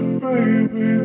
baby